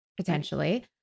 potentially